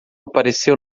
apareceu